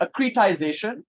accretization